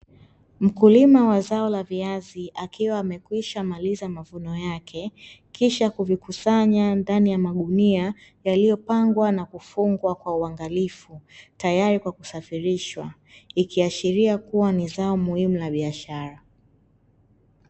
Mkulima wa zao la viazi akiwa amekwisha maliza mavuno yake, kisha kuvikusanya ndani ya magunia yaliyopangwa na kufungwa kwa uangalifu tayari kwa kusafirishwa, ikiashiria kuwa ni zao muhimu la biashara.